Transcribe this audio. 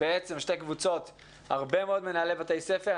שתי קבוצות הרבה מאוד מנהלי בית ספר,